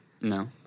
No